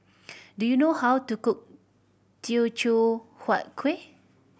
do you know how to cook Teochew Huat Kueh